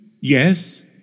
yes